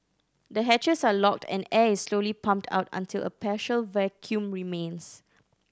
the hatches are locked and air is slowly pumped out until a partial vacuum remains